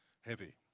heavy